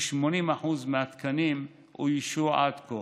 כ-80% מהתקנים אוישו עד כה.